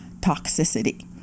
toxicity